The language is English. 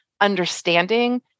Understanding